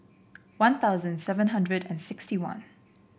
One Thousand seven hundred and sixty one